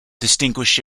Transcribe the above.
distinguish